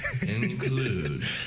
Include